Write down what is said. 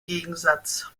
gegensatz